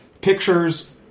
pictures